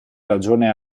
ragione